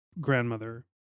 grandmother